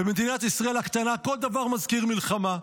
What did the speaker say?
במדינת ישראל הקטנה כל דבר מזכיר מלחמה.